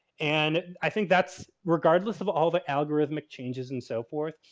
and i think that's regardless of all the algorithmic changes and so forth.